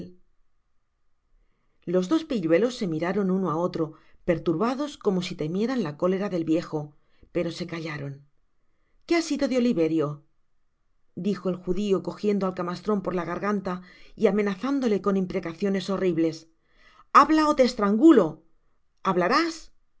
los dos pilluelos se miraron uno á otro perturbados como si temieran la cólera del viejo pero se callaron qué ha sido de oliverio dijo el judio cojiendo al camastron por la garganta y amenazándole con imprecaciones horribles habla ó te estrangulo hablarás